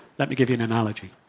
let me give you an analogy.